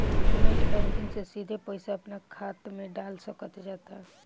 net banking से सिधे पईसा अपना खात मे डाल सकल जाता